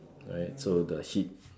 right so the heat